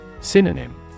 Synonym